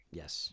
yes